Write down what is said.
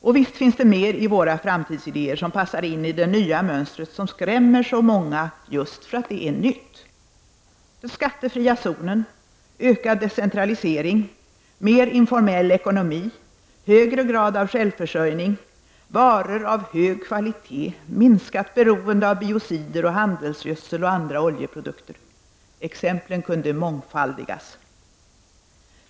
Och visst finns det mer i våra framtidsidéer som passar in i det nya mönstret, som skrämmer så många just för att det är nytt. Den skattefria zonen, ökad decentralisering, mer informell ekonomi, högre grad av självförsörjning, varor av hög kvalitet, minskat beroende av biocider, handelsgödsel och andra oljeproduker. Exemplen kunde mångldigas.